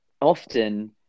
often